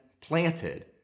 planted